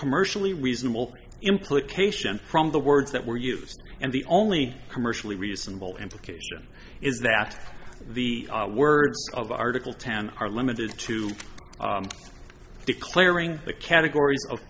commercially reasonable implication from the words that were used and the only commercially reasonable implication is that the words of article ten are limited to declaring the categories of